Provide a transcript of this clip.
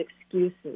excuses